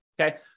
okay